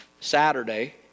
Saturday